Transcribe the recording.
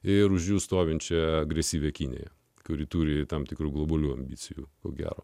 ir už jų stovinčią agresyvią kiniją kuri turi tam tikrų globalių ambicijų ko gero